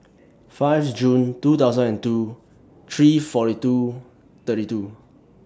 five Jun two thousand and two three forty two thirty two